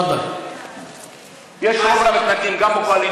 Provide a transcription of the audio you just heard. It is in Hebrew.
חבר הכנסת גפני, תפדל.